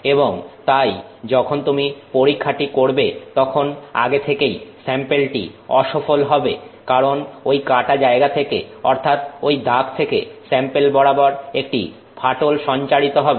এবং তাই যখন তুমি পরীক্ষাটি করবে তখন আগে থেকেই স্যাম্পেলটি অসফল হবে কারণ ঐ কাটা জায়গা থেকে অর্থাৎ ঐ দাগ থেকে স্যাম্পেল বরাবর একটি ফাটল সঞ্চারিত হবে